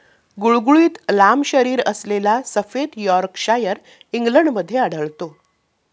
गुळगुळीत लांब शरीरअसलेला सफेद यॉर्कशायर इंग्लंडमध्ये आढळतो